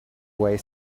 way